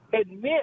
admit